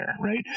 right